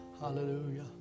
Hallelujah